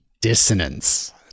dissonance